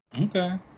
okay